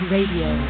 Radio